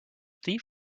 thief